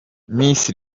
misi